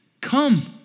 come